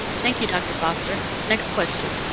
thank you, dr. foster. next question.